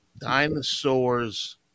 Dinosaurs